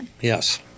yes